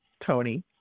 Tony